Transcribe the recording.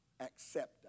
accept